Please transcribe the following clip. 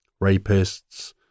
rapists